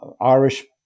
Irish